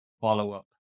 follow-up